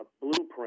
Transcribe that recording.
blueprint